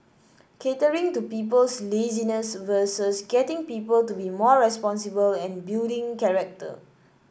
catering to people's laziness versus getting people to be more responsible and building character